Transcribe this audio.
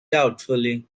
doubtfully